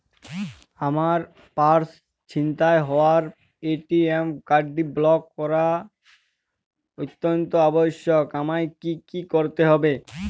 আমার পার্স ছিনতাই হওয়ায় এ.টি.এম কার্ডটি ব্লক করা অত্যন্ত আবশ্যিক আমায় কী কী করতে হবে?